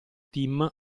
team